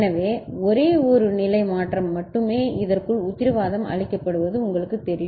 எனவே ஒரே ஒரு நிலை மாற்றம் மட்டுமே இதற்குள் உத்தரவாதம் அளிக்கப்படுவது உங்களுக்குத் தெரியும்